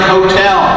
Hotel